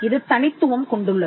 இது தனித்துவம் கொண்டுள்ளது